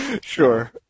sure